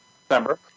December